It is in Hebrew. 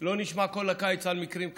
לא נשמע כל הקיץ על מקרים כאלה,